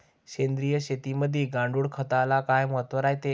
सेंद्रिय शेतीमंदी गांडूळखताले काय महत्त्व रायते?